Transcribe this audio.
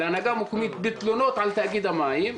להנהגה המקומית בתלונות על תאגיד המים,